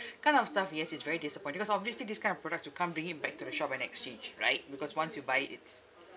kind of stuff yes it's very disappointing because obviously these kind of products you can't bring it back to the shop and exchange right because once you buy it it's